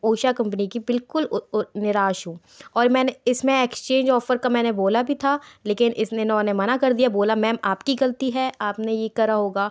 Usha company की बिल्कुल निराश हूँ और मैंने इसमें एक्सचेंज ऑफर का मैंने बोला भी था लेकिन इसने इन्होंने मना कर दिया बोला मैम आपकी गलती है आपने यह करा होगा